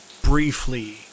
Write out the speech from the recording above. Briefly